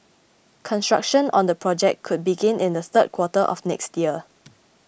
construction on the project could begin in the third quarter of next year